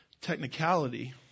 technicality